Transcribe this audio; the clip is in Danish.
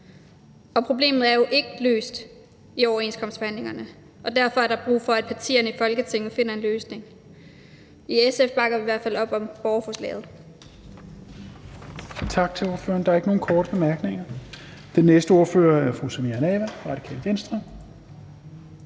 Problemet er jo ikke løst i overenskomstforhandlingerne. Derfor er der brug for, at partierne i Folketinget finder en løsning. I SF bakker vi i hvert fald op om borgerforslaget.